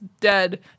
dead